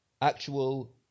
actual